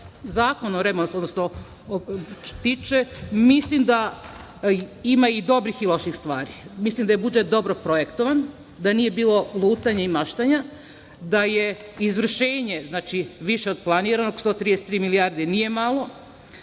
Zakona o rebalansu tiče, mislim da ima i dobrih i loših stvari. Mislim da je budžet dobro projektovan, da nije bilo lutanja i maštanja, da je izvršenje, znači, više od planiranog, 133 milijardi nije malo,